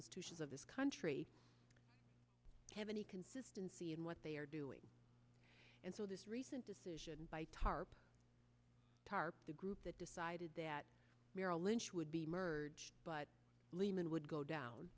institutions of this country have any consistency in what they are doing and so this recent decision by tarp tarp the group that decided that merrill lynch would be merged but lehman would go down